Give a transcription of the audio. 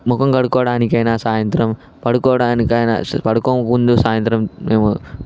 మొఖం కడుక్కోవడానికైనా సాయంత్రం పడుకోవడానికైనా పడుకోకముందు సాయంత్రం మేము